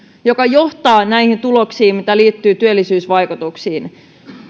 joka johtaa näihin tuloksiin mitä liittyy työllisyysvaikutuksiin